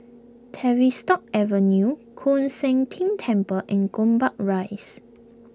Tavistock Avenue Koon Seng Ting Temple and Gombak Rise